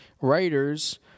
writers